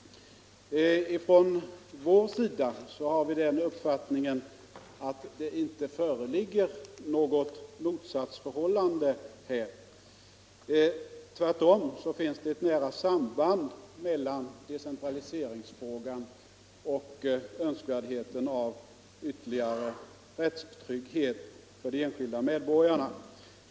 På vår sida har vi den uppfattningen att det inte föreligger något motsatsförhållande. Tvärtom finns det ett nära samband mellan decentraliseringsfrågan och önskemålet om ytterligare rättstrygghet för de enskilda medborgarna.